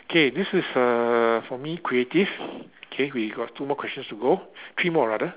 okay this is uh for me creative okay we got two more questions to go three more rather